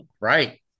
Right